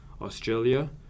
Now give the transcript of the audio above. Australia